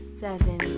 seven